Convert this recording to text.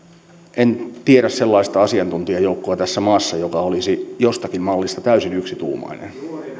en tiedä sellaista asiantuntijajoukkoa tässä maassa joka olisi jostakin mallista täysin yksituumainen